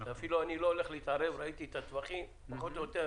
השרה לשוויון חברתי ומיעוטים